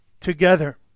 together